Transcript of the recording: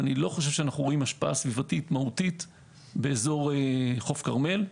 אני לא חושב שאנו רואים השפעה סביבתית מהותית באזור חוף כרמל.